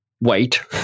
wait